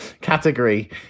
category